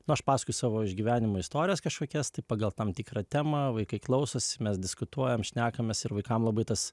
nu aš pasakoju savo iš gyvenimo istorijas kažkokias tai pagal tam tikrą temą vaikai klausosi mes diskutuojam šnekamės ir vaikams labai tas